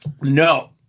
No